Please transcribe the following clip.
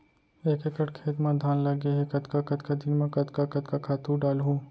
एक एकड़ खेत म धान लगे हे कतका कतका दिन म कतका कतका खातू डालहुँ?